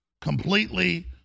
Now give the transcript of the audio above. completely